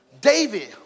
David